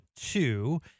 two